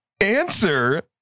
answer